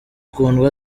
kundwa